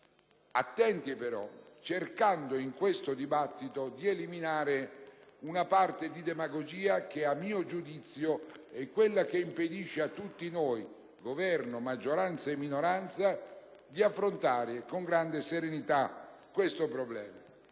attenti, però, cercando di eliminare una parte di demagogia che a mio giudizio è quella che impedisce a tutti noi, Governo, maggioranza e minoranza, di affrontare con grande serenità il problema.